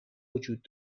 وجود